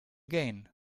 gain